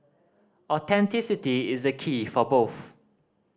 authenticity is the key for both